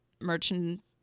merchant